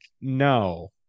no